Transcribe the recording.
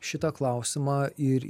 šitą klausimą ir